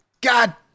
God